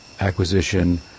acquisition